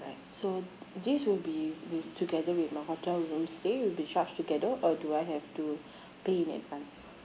alright so this will be with together with my hotel room stay will be charged together or do I have to pay in advance